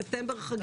בספטמבר זה חגים,